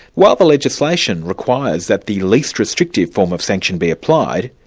while the legislation requires that the least restrictive form of sanction be applied,